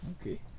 Okay